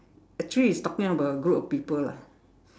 actually it's talking about a group of people lah